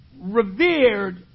revered